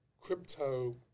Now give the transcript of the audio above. crypto